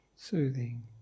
Soothing